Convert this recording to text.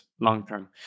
long-term